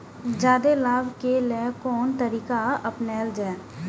जादे लाभ के लेल कोन तरीका अपनायल जाय?